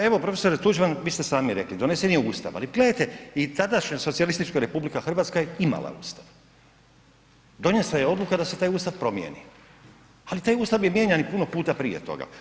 Pa evo profesore Tuđman vi ste sami rekli donesen je Ustav, ali gledajte i tadašnja Socijalistička Republika Hrvatska je imala Ustav, donijeta je odluka da se taj Ustav promijeni, ali taj Ustav je mijenjan i puno puta prije toga.